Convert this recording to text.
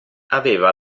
aveva